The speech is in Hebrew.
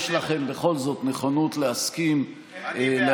האם יש לכם בכל זאת נכונות להסכים, אני בעד.